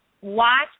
watch